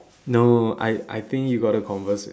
no I I think you gotta converse with